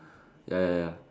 ya ya ya